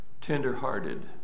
tender-hearted